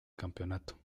campeonato